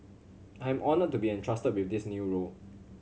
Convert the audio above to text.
I am honoured to be entrusted with this new role